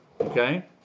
Okay